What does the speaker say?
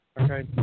Okay